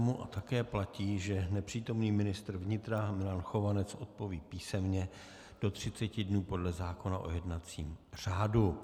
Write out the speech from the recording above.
A také platí, že nepřítomný ministr vnitra Milan Chovanec odpoví písemně do třiceti dnů podle zákona o jednacím řádu.